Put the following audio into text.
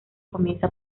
comienza